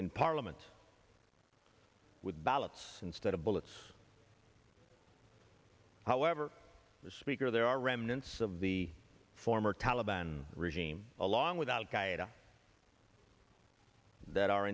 in parliament with ballots instead of bullets however the speaker there are remnants of the former taliban regime along with al qaeda that are